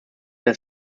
dass